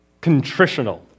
contritional